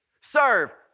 Serve